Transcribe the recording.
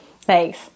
thanks